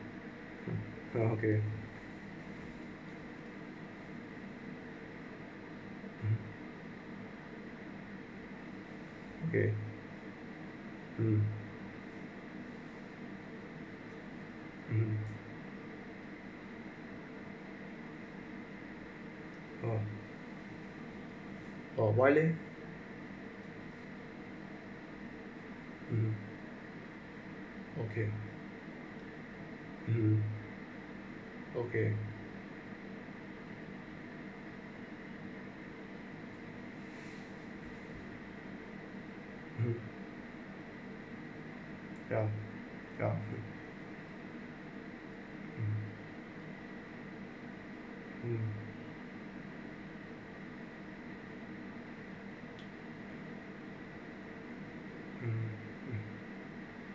uh okay (uh huh) okay hmm hmm oh oh why leh (uh huh) okay hmm okay mm ya ya mm mm